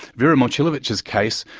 vera momcilovic's case,